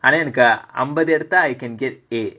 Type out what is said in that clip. அம்பது எடுத்தா:ambathu eduthaa I can get A